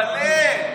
מתפלל.